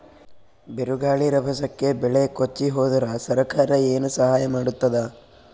ಬಿರುಗಾಳಿ ರಭಸಕ್ಕೆ ಬೆಳೆ ಕೊಚ್ಚಿಹೋದರ ಸರಕಾರ ಏನು ಸಹಾಯ ಮಾಡತ್ತದ?